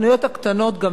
דיברתי על זה קודם,